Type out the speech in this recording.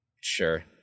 Sure